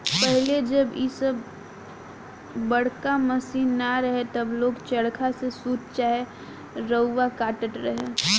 पहिले जब इ सब बड़का मशीन ना रहे तब लोग चरखा से सूत चाहे रुआ काटत रहे